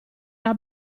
era